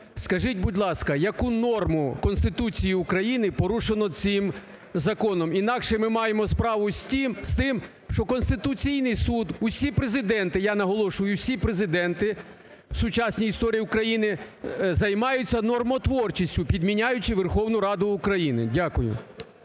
Скажіть, будь ласка, яку норму Конституції України порушено цим законом? Інакше ми маємо справу з тим, що Конституційний Суд, усі Президенти – я наголошую – всі президенти в сучасній історії України займаються нормотворчістю, підміняючи Верховну Раду України. Дякую.